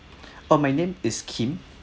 uh my name is Kim